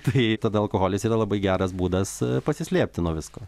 tai tada alkoholis yra labai geras būdas pasislėpti nuo visko